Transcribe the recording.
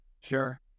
Sure